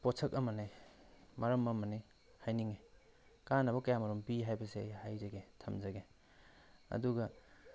ꯄꯣꯠꯁꯛ ꯑꯃꯅꯤ ꯃꯔꯝ ꯑꯃꯅꯤ ꯍꯥꯏꯅꯤꯡꯉꯤ ꯀꯥꯟꯅꯕ ꯀꯌꯥ ꯃꯔꯨꯝ ꯄꯤ ꯍꯥꯏꯕꯁꯦ ꯑꯩ ꯍꯥꯏꯖꯒꯦ ꯊꯝꯖꯒꯦ ꯑꯗꯨꯒ